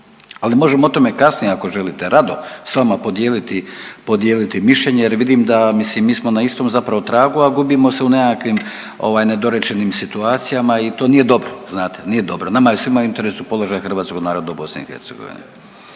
ali možemo o tome kasnije ako želite rado s vama podijeliti, podijeliti mišljenje jer vidim da mislim mi smo na istom zapravo tragu, a gubimo se u nekakvim ovaj nedorečenim situacijama i to nije dobro, znate nije dobro, nama je svima u interesu položaj hrvatskog naroda u BiH.